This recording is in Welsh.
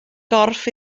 gorff